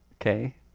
okay